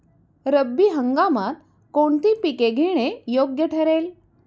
रब्बी हंगामात कोणती पिके घेणे योग्य ठरेल?